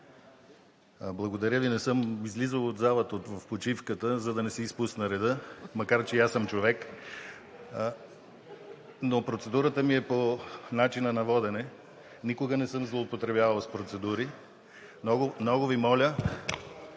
Благодаря Ви. Не съм излизал от залата в почивката, за да не си изпусна реда, макар че и аз съм човек, но процедурата ми е по начина на водене. Никога не съм злоупотребявал с процедури. Много Ви моля